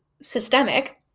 systemic